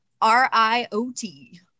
r-i-o-t